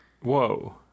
Whoa